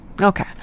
Okay